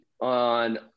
on